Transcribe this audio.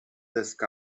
desk